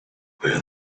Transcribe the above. where